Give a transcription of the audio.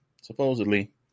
supposedly